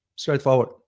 Straightforward